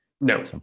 No